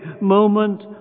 moment